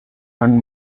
and